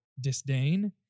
disdain